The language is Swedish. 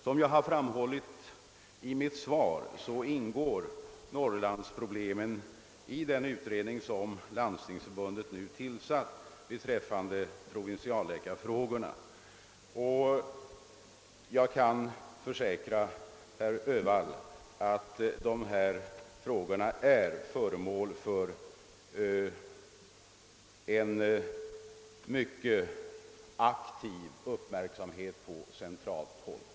Som jag framhållit i mitt svar ingår norrlandsproblemen i den utredning som Landstingsförbundet nu tillsatt beträffande provinsialläkarfrågorna, och jag kan försäkra herr Öhvall att dessa ting är föremål för en mycket aktiv uppmärksamhet på centralt håll.